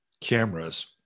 cameras